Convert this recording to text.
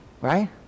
Right